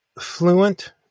fluent